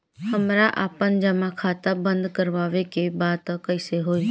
हमरा आपन जमा खाता बंद करवावे के बा त कैसे होई?